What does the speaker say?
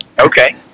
okay